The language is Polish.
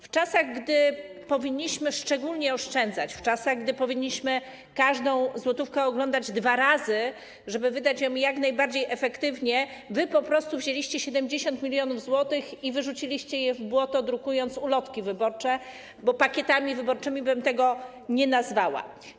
W czasach, gdy powinniśmy szczególnie oszczędzać, w czasach, gdy powinniśmy każdą złotówkę oglądać dwa razy, żeby wydać ją jak najbardziej efektywnie, wy po prostu wzięliście 70 mln zł i wyrzuciliście je w błoto, drukując ulotki wyborcze, bo pakietami wyborczymi tego nie nazwałabym.